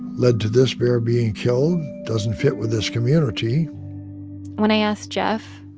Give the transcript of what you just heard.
led to this bear being killed, doesn't fit with this community when i asked jeff,